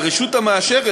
והרשות המאשרת,